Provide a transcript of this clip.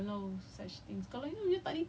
like in singapore it's not so big also